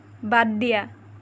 বাদ দিয়া